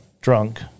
drunk